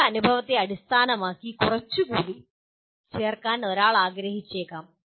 നിങ്ങളുടെ അനുഭവത്തെ അടിസ്ഥാനമാക്കി കുറച്ച് കൂടി അനുസരിച്ച് ചേർക്കാൻ ഒരാൾ ആഗ്രഹിച്ചേക്കാം